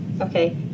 Okay